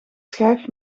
schijf